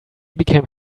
became